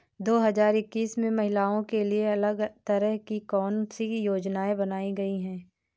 दो हजार इक्कीस में महिलाओं के लिए अलग तरह की कौन सी योजना बनाई गई है?